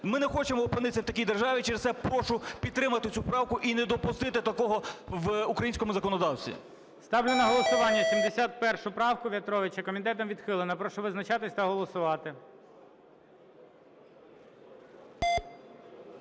Ми не хочемо опинитися в такій державі. Через це прошу підтримати цю правку і не допустити такого в українському законодавстві. ГОЛОВУЮЧИЙ. Ставлю на голосування 71 правку В'ятровича. Комітетом відхилена. Прошу визначатись та голосувати.